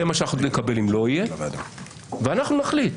זה מה שאנחנו נקבל אם לא יהיה, ואנחנו נחליט,